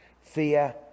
fear